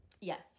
Yes